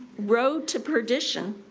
road to perdition,